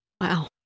Wow